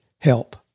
Help